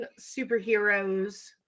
superheroes